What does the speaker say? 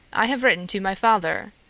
i have written to my father,